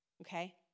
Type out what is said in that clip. Okay